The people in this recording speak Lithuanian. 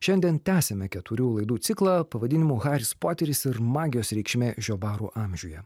šiandien tęsiame keturių laidų ciklą pavadinimu haris poteris ir magijos reikšmė žiobarų amžiuje